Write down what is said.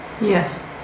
Yes